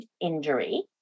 injury